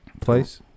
place